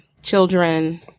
children